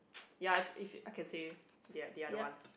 ya if if I can say they are they are the ones